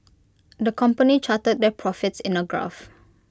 the company charted their profits in A graph